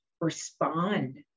respond